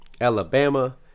Alabama